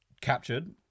captured